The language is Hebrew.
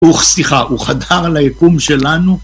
הוא, סליחה, הוא חדר ליקום שלנו